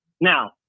now